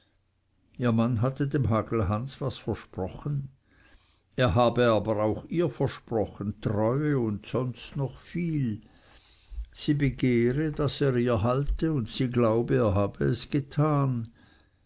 ihr mann hatte dem hagelhans was versprochen er habe aber auch ihr versprochen treue und sonst noch viel sie begehre daß er ihr halte und sie glaube er habe es getan